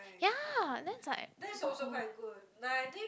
ya then is like